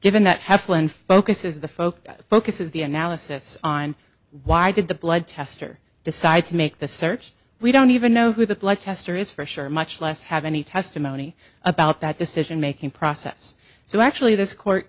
given that heflin focus is the focus focuses the analysis on why did the blood test or decide to make the search we don't even know who the blood tester is for sure much less have any testimony about that decision making process so actually this court